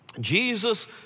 Jesus